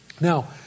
Now